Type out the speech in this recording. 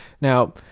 Now